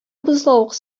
бозлавык